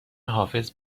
حافظ